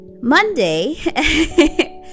Monday